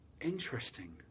Interesting